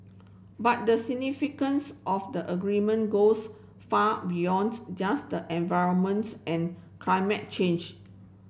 but the significance of the agreement goes far beyond just environment's and climate change